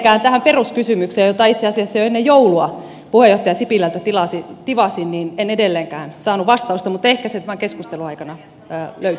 ja edelleenkään tähän peruskysymykseen jota itse asiassa jo ennen joulua puheenjohtaja sipilältä tivasin en saanut vastausta mutta ehkä se tämän keskustelun aikana pää ja